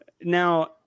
Now